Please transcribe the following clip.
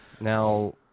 Now